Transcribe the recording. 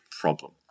problem